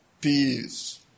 Peace